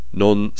non